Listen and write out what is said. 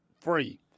free